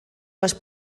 les